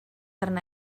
arna